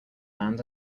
man